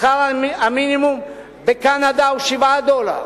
שכר המינימום בקנדה הוא 7 דולרים.